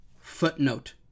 Footnote